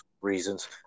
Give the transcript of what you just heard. reasons